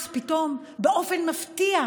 אז פתאום, באופן מפתיע,